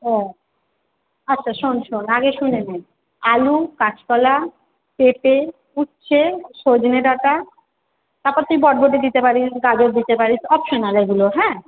ও আচ্ছা শোন শোন আগে শুনে নে আলু কাঁচকলা পেঁপে উঁচ্ছে সজনে ডাঁটা তারপর তুই বরবটি দিতে পারিস গাজর দিতে পারিস অপশানাল এগুলো হ্যাঁ